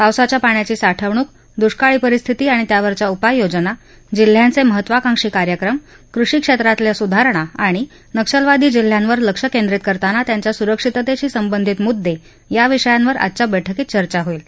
पावसाच्या पाण्याची साठवणूक दुष्काळी परिस्थिती आणि त्यावरच्या उपाययोजना जिल्ह्यांचे महत्त्वांकाक्षी कार्यक्रम कृषि क्षेत्रातल्या सुधारणा आणि नक्षलवादी जिल्ह्यांवर लक्ष केंद्रीत करताना त्यांच्या सुरक्षितेशी संबंधित मुद्दे याविषयांवर आजच्या बैठकीत चर्चा होईल